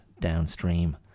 downstream